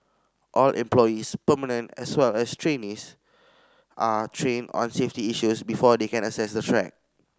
all employees permanent as well as trainees are trained on safety issues before they can access the track